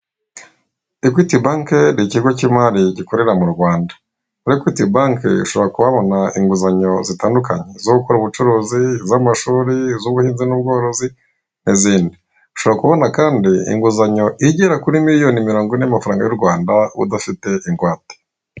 Ekwiti banki ni ikigo cy'imari gikorera mu Rwanda. Muri Ekwiti banki ushobora kuhabona inguzanyo zitandukanye, izo gukora ubucuruzi, iz'amashuri, iz'ubuhinzi n'ubworozi n'izindi. Ushobora kubona kandi inguzanyo igera kuri miliyoni mirongo ine y'amafaranga y'u Rwanda udafite ingwate.